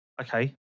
Okay